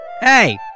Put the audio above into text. Hey